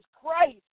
Christ